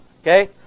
okay